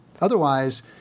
Otherwise